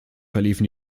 verliefen